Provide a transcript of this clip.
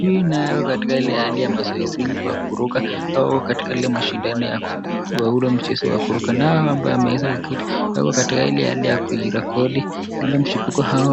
Huyu naye yuko katika ile hali ya mazoezini kwa kuruka au katika yale mashindano wa ule mchezo wa kuruka naye huyu hapa ameweza kuketi ako katika ile hali ya kuirekodi ile mchipuko hao